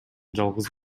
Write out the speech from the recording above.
жалгыз